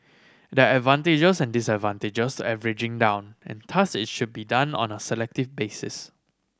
there are advantages and disadvantages averaging down and thus it should be done on a selective basis